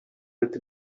with